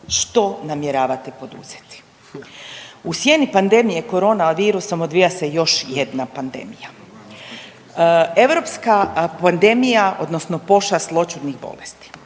Što namjeravate poduzeti? U sjeni pandemije korona virusom odvija se još jedna pandemija. Europska pandemija, odnosno pošast zloćudnih bolesti.